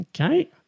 Okay